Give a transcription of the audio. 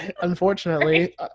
unfortunately